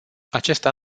acesta